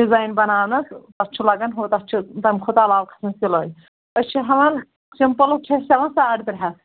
design بَناونَس تَتھ چھُ لگان ہُہ تَتھ چھُ تَمہِ کھۄتہٕ علاوٕ کھسَان سِلٲے أسۍ چھِ ہٮ۪وان سِمپٕل چھِ أسۍ ہٮ۪وَان ساڑٕ ترٛےٚ ہَتھ